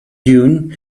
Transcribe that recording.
dune